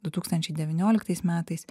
du tūkstančiai devynioliktais metais